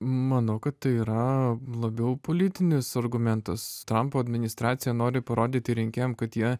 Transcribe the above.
manau kad tai yra labiau politinis argumentas trampo administracija nori parodyti rinkėjam kad jie